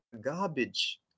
garbage